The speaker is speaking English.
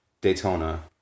Daytona